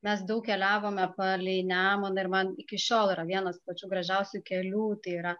mes daug keliavome palei nemuną ir man iki šiol yra vienas pačių gražiausių kelių tai yra